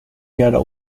ghetto